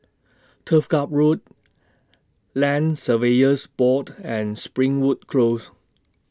Turf Ciub Road Land Surveyors Board and Springwood Close